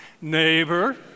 Neighbor